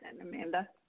Amanda